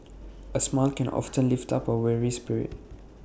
A smile can often lift up A weary spirit